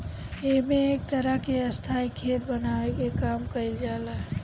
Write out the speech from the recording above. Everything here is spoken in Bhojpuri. एमे एक तरह के स्थाई खेत बनावे के काम कईल जाला